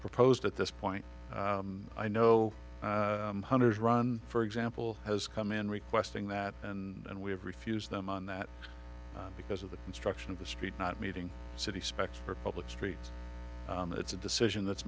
proposed at this point i know hundreds run for example has come in requesting that and we have refused them on that because of the construction of the street not meeting city specs for public streets it's a decision that's